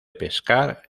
pescar